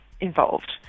involved